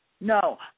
No